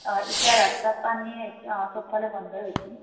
অ এতিয়া ৰাস্তাত পানী হৈছে অ সবফালে বন্ধই হৈছে